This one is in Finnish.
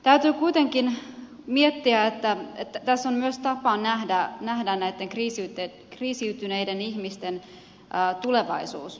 täytyy kuitenkin miettiä että tässä on myös tapa nähdä näitten kriisiytyneiden ihmisten tulevaisuus